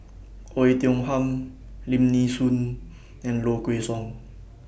Oei Tiong Ham Lim Nee Soon and Low Kway Song